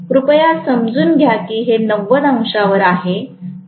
कृपया समजून घ्या की हे 90 अंशांवर आहे